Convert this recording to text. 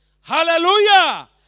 Hallelujah